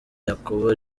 yakobo